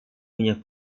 punya